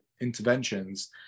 interventions